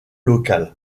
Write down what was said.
local